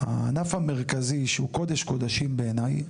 הענף המרכזי שהוא קודש קודשים בעיניי,